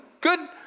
good